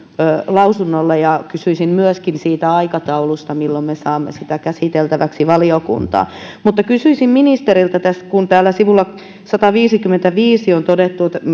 lausunnolle kysyisin myöskin sen aikataulusta milloin me saamme sen käsiteltäväksi valiokuntaan mutta kysyisin ministeriltä kun täällä sivulla sataviisikymmentäviisi on todettu